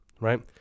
right